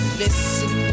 listen